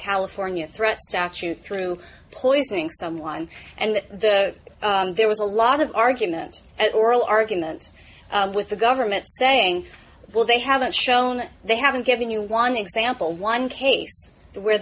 california threat statute through poisoning someone and that the there was a lot of argument at oral argument with the government saying well they haven't shown they haven't given you one example one case where